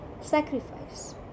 sacrifice